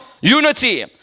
unity